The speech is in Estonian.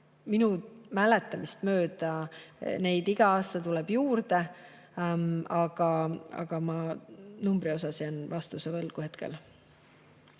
Minu mäletamist mööda neid iga aasta tuleb juurde, aga ma numbri osas jään vastuse võlgu hetkel.